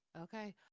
okay